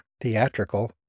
theatrical